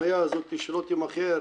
בהתניה הזאת שלא תימכר,